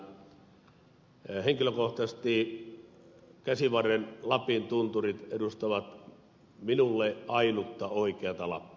henkilökohtaisesti käsivarren lapin tunturit edustavat minulle ainutta oikeata lappia